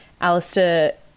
Alistair